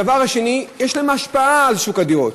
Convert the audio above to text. הדבר השני, יש להם השפעה על שוק הדירות.